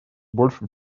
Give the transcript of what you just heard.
большим